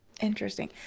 Interesting